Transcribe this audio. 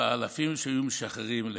ומהאלפים שהיו משחרים לפתחו.